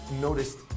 noticed